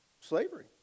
slavery